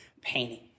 painting